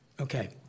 Okay